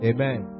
Amen